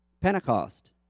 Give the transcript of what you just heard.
Pentecost